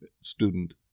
student